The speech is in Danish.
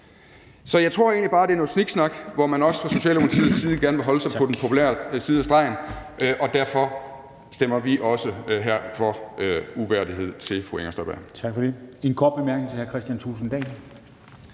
Så jeg tror egentlig bare, at det er noget sniksnak, hvor man også fra Socialdemokratiets side gerne vil holde sig på den populære side af stregen, og derfor stemmer vi også her for at erklære fru Inger Støjberg